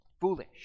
foolish